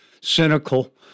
cynical